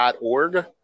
org